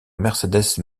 mercedes